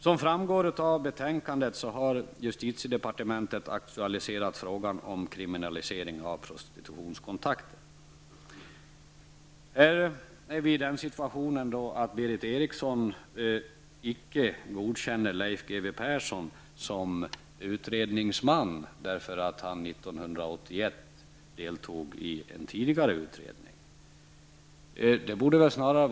Persson som utredningsman, därför att han år 1981 deltog i en tidigare utredning på detta område.